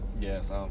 yes